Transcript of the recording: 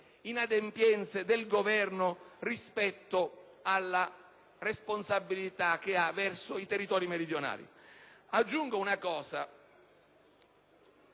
inadempienze del Governo rispetto alla responsabilità che ha verso i territori meridionali? Aggiungo una cosa